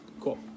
cool